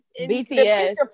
BTS